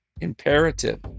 imperative